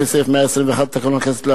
לפי סעיף 121 לתקנון הכנסת,